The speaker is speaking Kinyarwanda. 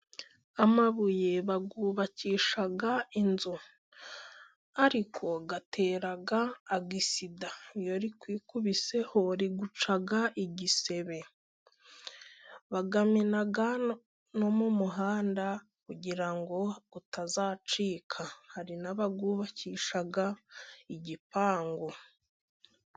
Amabuye bayubakisha inzu，ariko atera agisida， iyo rikwikubiseho riguca igisebe. Bayamena no mu muhanda，kugira ngo utazacika，hari n'abayubakisha igipangu.